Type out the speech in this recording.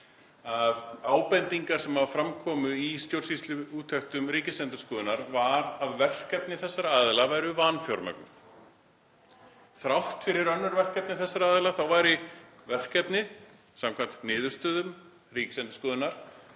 ábendingar sem fram komu í stjórnsýsluúttektum Ríkisendurskoðunar voru þær að verkefni þessara aðila væru vanfjármögnuð. Þrátt fyrir önnur verkefni þessara aðila þá væru, samkvæmt niðurstöðum Ríkisendurskoðunar,